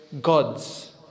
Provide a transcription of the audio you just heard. gods